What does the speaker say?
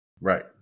right